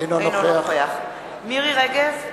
אינו נוכח מירי רגב,